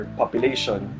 population